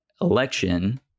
election